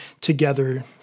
together